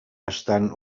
estan